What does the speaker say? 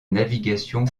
navigation